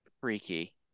freaky